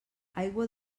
aigua